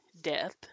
death